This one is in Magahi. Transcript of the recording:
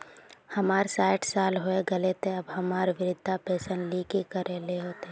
हमर सायट साल होय गले ते अब हमरा वृद्धा पेंशन ले की करे ले होते?